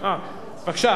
לפרוטוקול,